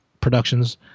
Productions